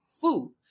food